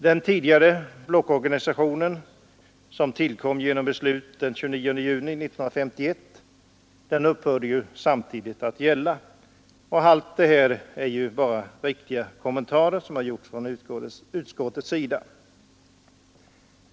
Den tidigare blockorganisationen som tillkom genom beslut den 29 juni 1951, upphörde samtidigt att gälla. Dessa kommentarer från utskottets sida är helt riktiga.